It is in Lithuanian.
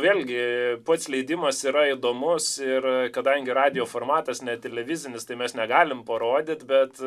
vėlgi pats leidimas yra įdomus ir kadangi radijo formatas net televizinis tai mes negalime parodyti bet